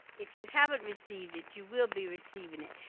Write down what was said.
if you haven't received it, you will be receiving it.